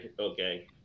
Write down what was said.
okay